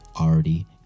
already